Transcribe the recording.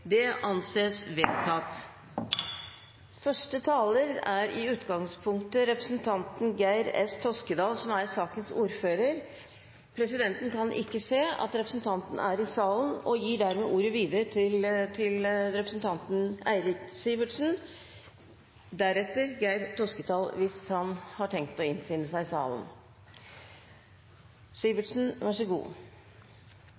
Det anses vedtatt. Første taler er i utgangspunktet representanten Geir S. Toskedal, som er sakens ordfører. Presidenten kan ikke se at representanten er i salen, og gir dermed ordet videre til representanten Eirik Sivertsen.